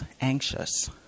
anxious